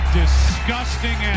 disgusting